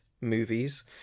movies